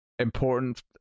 important